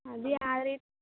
ಅದು ಯಾರಿ